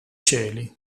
cieli